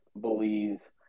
Belize